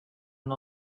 una